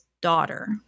daughter